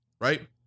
right